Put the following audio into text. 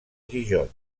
gijón